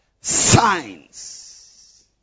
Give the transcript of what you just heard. signs